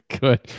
Good